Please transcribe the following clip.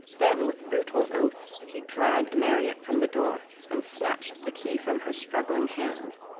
then with brutal oaths he dragged marriott from the door, and snatched the key from her struggling hand.